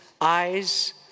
eyes